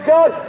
God